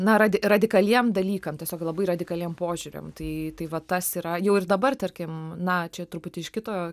na radi radikaliem dalykam tiesiog labai radikaliem požiūriam tai tai va tas yra jau ir dabar tarkim na čia truputį iš kito